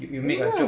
remember the